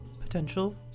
potential